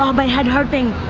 um my head hurting.